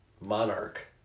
monarch